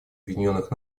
объединенных